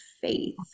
faith